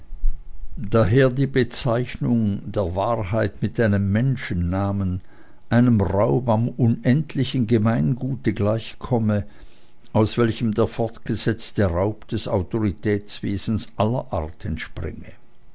daher die bezeichnung der wahrheit mit einem menschennamen einem raub am unendlichen gemeingute gleichkomme aus welchem der fortgesetzte raub des autoritätswesens aller art entspringe